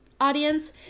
audience